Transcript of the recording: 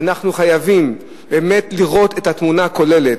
אנחנו חייבים באמת לראות את התמונה הכוללת,